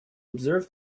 observe